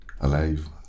alive